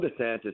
DeSantis